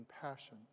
passion